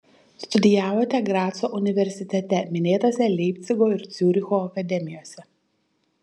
studijavote graco universitete minėtose leipcigo ir ciuricho akademijose